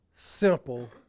simple